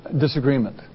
disagreement